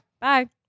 Bye